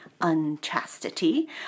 unchastity